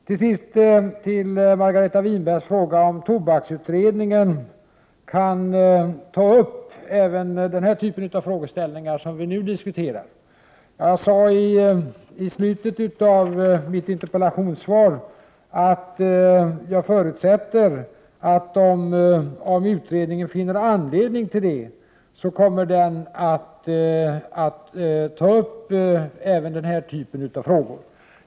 Till sist vill jag säga som svar på Margareta Winbergs fråga om tobaksutredningen kan ta upp även den typ av frågeställningar som vi nu diskuterar, att jag i slutet av mitt interpellationssvar sade att jag förutsätter att utredningen, om den finner anledning till det, kommer att ta upp även den här typen av frågor.